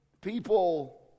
people